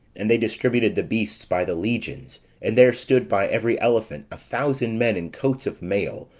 and they distributed the beasts by the legions and there stood by every elephant a thousand men in coats of mail,